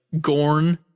gorn